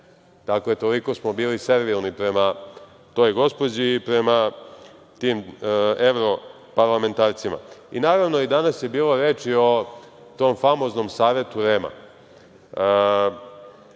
Dakle, toliko smo bili servilni prema toj gospođi i prema tim evro parlamentarcima. Naravno, i danas je bilo reči o tom famoznom Savetu REM-a.